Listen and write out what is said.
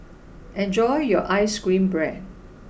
enjoy your Ice Cream Bread